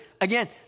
again